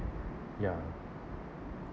ya